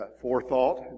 forethought